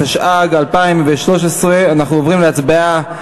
התשע"ג 2013. אנחנו עוברים להצבעה.